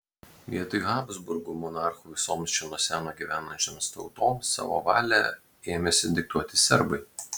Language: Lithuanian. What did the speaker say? vietoj habsburgų monarchų visoms čia nuo seno gyvenančioms tautoms savo valią ėmėsi diktuoti serbai